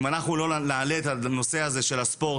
אם אנחנו לא נעלה את הנושא הזה של הספורט,